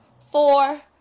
four